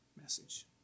message